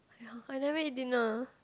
ya I never eat dinner